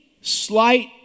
slight